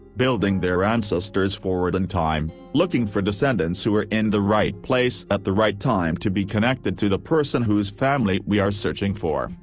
building their ancestors forward in and time, looking for descendants who were in the right place at the right time to be connected to the person whose family we are searching for,